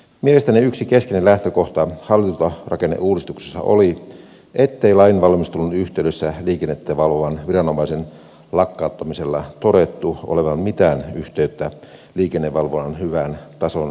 mielestäni yksi keskeinen lähtökohta hallintorakenneuudistuksessa oli ettei lain valmistelun yhteydessä liikennettä valvovan viranomaisen lakkauttamisella todettu olevan mitään yhteyttä liikennevalvonnan hyvän tason säilyttämiseen